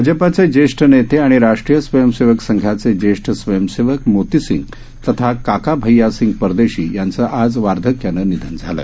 भाजपाचे ज्येष्ठ नेते आणि राष्ट्रीय स्वयंसेवक संघाचे ज्येष्ठ स्वयंसेवक मोतीसिंग तथा काका भय्यासिंग परदेशी यांचं आज वार्धक्यानं निधन झालं